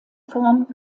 form